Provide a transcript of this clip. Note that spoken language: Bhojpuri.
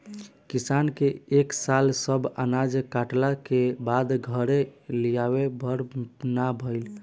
किसान के ए साल सब अनाज कटला के बाद घरे लियावे भर ना भईल